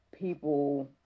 people